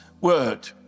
Word